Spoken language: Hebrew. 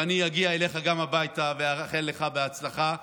ואני אגיע אליך גם הביתה ואאחל לך הצלחה,